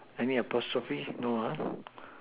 any apostrophe no ah